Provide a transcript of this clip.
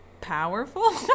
powerful